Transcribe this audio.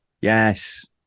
Yes